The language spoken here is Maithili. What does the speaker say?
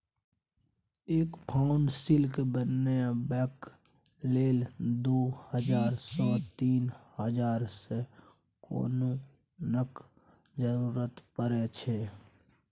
एक पाउंड सिल्क बनेबाक लेल दु हजार सँ तीन हजारक कोकुनक जरुरत परै छै